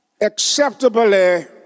acceptably